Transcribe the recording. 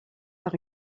par